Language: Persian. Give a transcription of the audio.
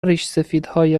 ریشسفیدهای